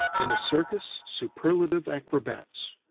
in the circus, superlative acrobats.